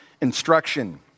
instruction